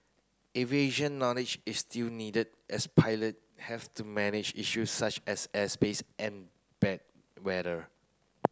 aviation knowledge is still needed as pilot have to manage issues such as airspace and bad weather